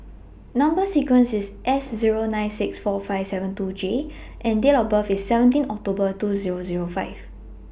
Number sequence IS S Zero nine six four five seven two J and Date of birth IS seventeen October two Zero Zero five